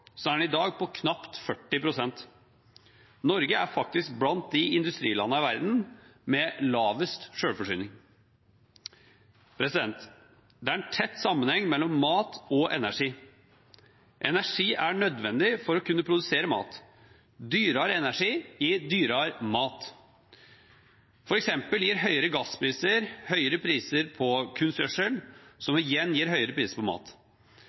er den i dag på knapt 40 pst. Norge er faktisk blant de industrilandene i verden med lavest selvforsyning. Det er en tett sammenheng mellom mat og energi. Energi er nødvendig for å kunne produsere mat. Dyrere energi gir dyrere mat. For eksempel gir høyere gasspriser høyere priser på kunstgjødsel, som igjen gir høyere priser på mat.